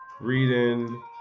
reading